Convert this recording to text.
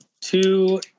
two